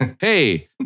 Hey